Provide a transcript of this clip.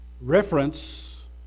reference